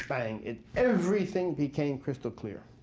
bang, everything became crystal clear.